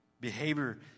behavior